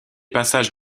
passages